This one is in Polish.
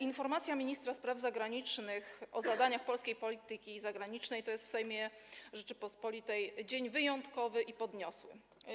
Informacja ministra spraw zagranicznych o zadaniach polskiej polityki zagranicznej to jest w Sejmie Rzeczypospolitej dzień wyjątkowy i podniosły.